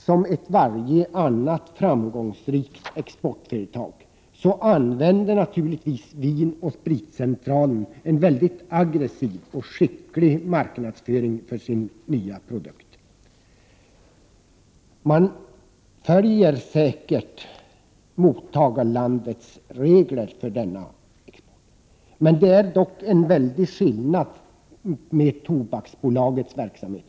Som varje annat framgångsrikt exportföretag använder naturligtvis Vin & Spritcentralen en mycket aggressiv och skicklig marknadsföring för sin nya produkt. Man följer säkert mottagarlandets regler för denna marknadsföring. Det är dock en väldig skillnad med Tobaksbolagets verksamhet.